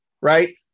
right